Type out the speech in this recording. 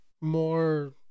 more